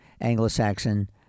Anglo-Saxon